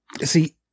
See